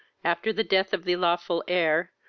after the death of the lawful heir,